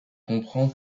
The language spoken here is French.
comprend